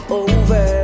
over